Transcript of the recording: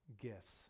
gifts